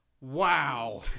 Wow